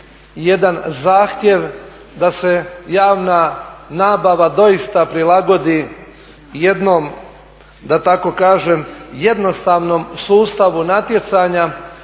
jedan zahtjev da se javna nabava doista prilagodi jednom da tako kažem jednostavnom sustavu natjecanja